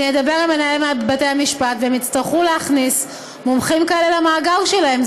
אני אדבר עם מנהל בתי המשפט והם יצטרכו להכניס מומחים כאלה למאגר שלהם.